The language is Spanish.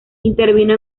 intervino